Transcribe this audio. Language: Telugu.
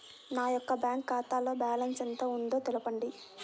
నా యొక్క బ్యాంక్ ఖాతాలో బ్యాలెన్స్ ఎంత ఉందో తెలపండి?